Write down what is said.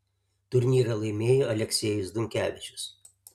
turnyrą laimėjo aleksejus dunkevičius